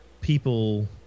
people –